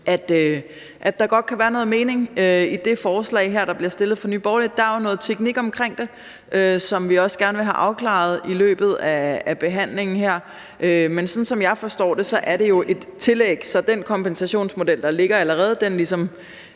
at der godt kan være noget mening i det beslutningsforslag, der er fremsat af Nye Borgerlige. Der er noget teknik omkring det, som vi gerne vil have afklaret i løbet af behandlingen her, men som jeg forstår det, er det et tillæg, så den kompensationsmodel, der allerede ligger,